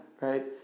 right